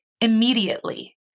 immediately